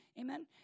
Amen